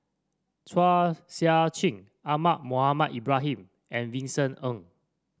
Chua Sian Chin Ahmad Mohamed Ibrahim and Vincent Ng